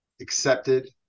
accepted